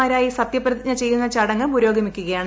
മാരായി സത്യപ്രതിജ്ഞ ചെയ്യുന്ന ചടങ്ങ് പുരോഗമിക്കുകയാണ്